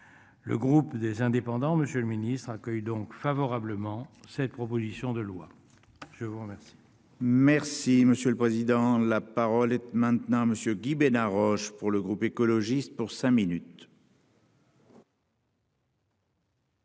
Le groupe des Indépendants Monsieur le Ministre accueille donc favorablement cette proposition de loi. Je vous remercie. Merci monsieur le président. La parole est maintenant monsieur Guy Bénard Roche pour le groupe écologiste pour cinq minutes.